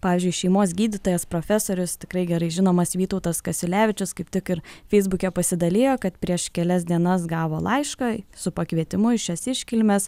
pavyzdžiui šeimos gydytojas profesorius tikrai gerai žinomas vytautas kasiulevičius kaip tik ir feisbuke pasidalijo kad prieš kelias dienas gavo laišką su pakvietimu į šias iškilmes